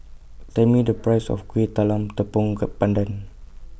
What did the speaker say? Tell Me The Price of Kuih Talam Tepong Pandan